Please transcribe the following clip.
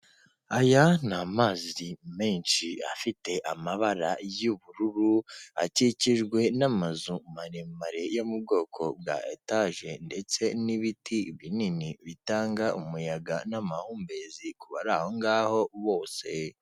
Aya ni amazi menshi afite amabara y'ubururu, akikijwe n'amazu maremare yo mu bwoko bwa etaje ndetse n'ibiti binini bitanga umuyaga n'amahumbezi ku bari ahongaho bose.